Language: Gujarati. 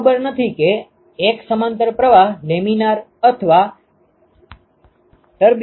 મને ખબર નથી કે એક સમાંતર પ્રવાહ લેમિનાર અથવા ટર્બ્યુલન્ટ છે